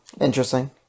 Interesting